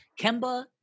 Kemba